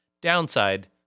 Downside